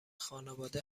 خانوادم